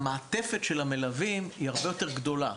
המעטפת של המלווים היא הרבה יותר גדולה.